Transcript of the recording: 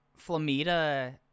Flamita